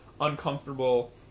uncomfortable